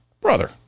brother